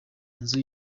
nzu